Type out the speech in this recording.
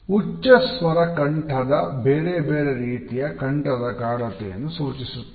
ಉಚ್ಚಸ್ವರ ಕಂಠದ ಬೇರೆ ಬೇರೆ ರೀತಿಯ ಕಂಠದ ಗಾಢತೆಯನ್ನು ಸೂಚಿಸುತ್ತದೆ